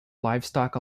livestock